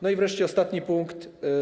No i wreszcie ostatni punkt.